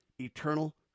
eternal